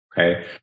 Okay